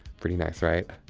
pretty nice right?